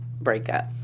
breakup